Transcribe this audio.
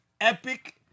epic